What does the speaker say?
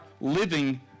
living